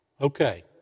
Okay